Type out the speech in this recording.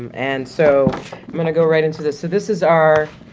and so i'm gonna go right into this, so this is our